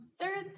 Third